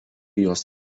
juos